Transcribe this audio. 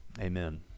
Amen